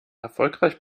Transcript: erfolgreich